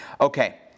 Okay